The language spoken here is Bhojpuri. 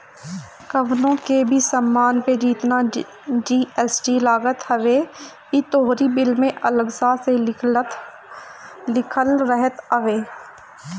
कवनो भी सामान पे जेतना जी.एस.टी लागत हवे इ तोहरी बिल में अलगा से लिखल रहत हवे